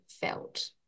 felt